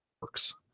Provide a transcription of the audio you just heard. works